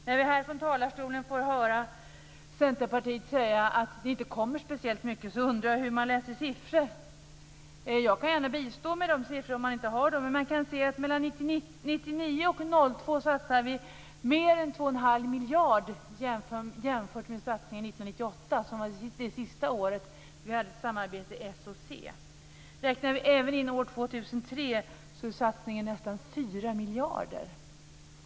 När vi från talarstolen här får höra från Centerpartiet att det inte kommer speciellt mycket undrar jag hur man läser siffror. Jag kan gärna bistå med siffrorna om man inte har dem. Mellan år 1999 och år 2002 satsar vi mer än 2 1⁄2 miljarder; att jämföra med satsningen år 1998 som var det sista året med samarbetet mellan Socialdemokraterna och Centerpartiet.